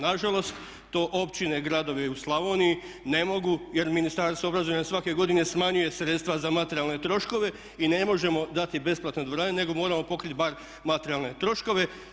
Nažalost, to općine, gradovi u Slavoniji ne mogu jer Ministarstvo obrazovanja svake godine smanjuje sredstva za materijalne troškove i ne možemo dati besplatne dvorane nego moramo pokriti bar materijalne troškove.